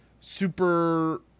super